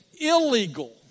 illegal